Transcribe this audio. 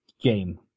game